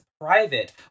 private